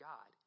God